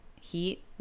heat